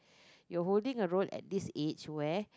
you holding a role at this age where